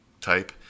type